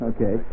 Okay